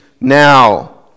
now